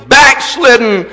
backslidden